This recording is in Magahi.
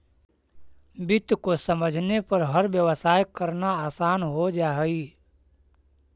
वित्त को समझने पर हर व्यवसाय करना आसान हो जा हई